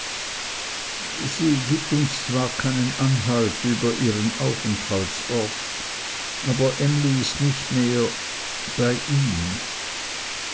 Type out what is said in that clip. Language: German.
sie gibt uns zwar keinen anhalt über ihren aufenthaltsort aber emly ist nicht mehr bei ihm